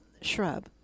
shrub